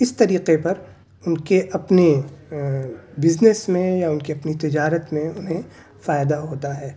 اس طریقے پر ان کے اپنے بزنس میں یا ان کے اپنی تجارت میں انہیں فائدہ ہوتا ہے